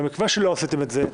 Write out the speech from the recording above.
אבל מכיוון שלא עשיתם את זה,